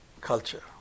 culture